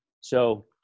So-